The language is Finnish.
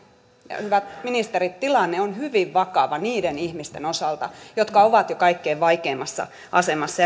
hyvät ministerit tilanne on hyvin vakava niiden ihmisten osalta jotka ovat jo kaikkein vaikeimmassa asemassa